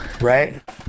Right